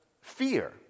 fear